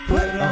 Put